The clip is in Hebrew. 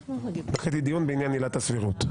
דחיתי דיון בעניין עילת הסבירות.